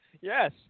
Yes